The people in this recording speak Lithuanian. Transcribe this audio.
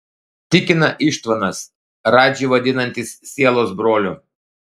tikina ištvanas radžį vadinantis sielos broliu